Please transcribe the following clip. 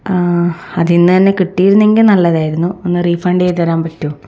ആ അതിന്നു തന്നെ കിട്ടിയിരുന്നെങ്കിൽ നല്ലതായിരുന്നു ഒന്ന് റീഫണ്ട് ചെയ്തു തരാൻ പറ്റുമോ